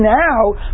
now